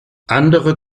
andere